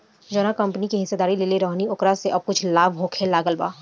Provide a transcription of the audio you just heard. जावना कंपनी के हिस्सेदारी लेले रहनी ओकरा से अब कुछ लाभ होखे लागल बा